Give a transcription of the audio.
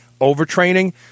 overtraining